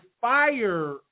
fire